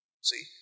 See